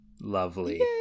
Lovely